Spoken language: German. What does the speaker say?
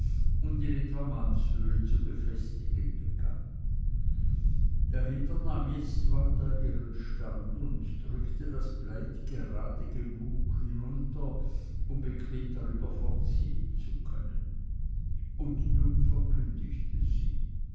und in etwa manneshöhe zu befestigen begann dahinter nahm jetzt wanda ihren stand und drückte das plaid gerade weit genug herunter um bequem darüber fortsehen zu können und nun verkündigte sie